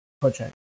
project